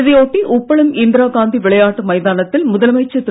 இதை ஒட்டி உப்பளம் இந்திரா காந்தி விளையாட்டு மைதானத்தில் முதலமைச்சர் திரு